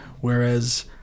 whereas